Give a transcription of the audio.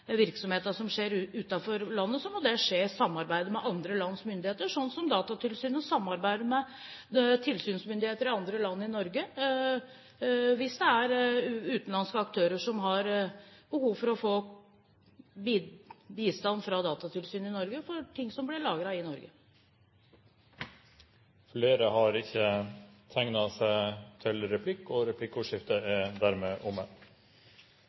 virksomheten som skjer utenfor landet, må det skje i samarbeid med andre lands myndigheter. Datatilsynet i Norge samarbeider med tilsynsmyndigheter i andre land, hvis det er utenlandske aktører som har behov for å få bistand fra Datatilsynet for ting som blir lagret i Norge. Replikkordskiftet er omme. Datalagringsdirektivet handler om hva slags samfunn vi skal overlate til våre barn. Selv har jeg fire barn, tre døtre og